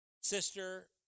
sister